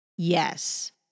Yes